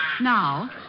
Now